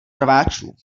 rváčů